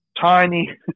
tiny